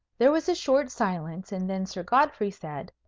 there was a short silence, and then sir godfrey said,